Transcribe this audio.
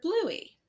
Bluey